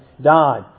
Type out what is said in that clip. died